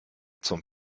zum